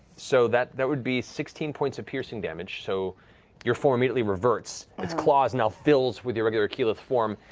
so that that would be sixteen points of piercing damage, so your form immediately reverts, its claws now fill with your regular keyleth form.